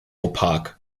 opak